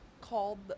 called